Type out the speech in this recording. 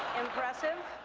impressive.